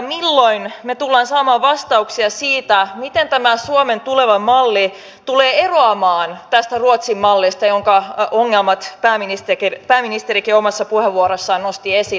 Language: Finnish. milloin me tulemme saamaan vastauksia siihen miten tämä suomen tuleva malli tulee eroamaan tästä ruotsin mallista jonka ongelmat pääministerikin omassa puheenvuorossaan nosti esille